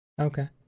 Okay